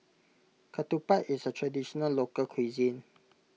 Ketupat is a Traditional Local Cuisine